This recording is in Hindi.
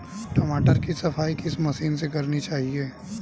टमाटर की सफाई किस मशीन से करनी चाहिए?